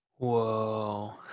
Whoa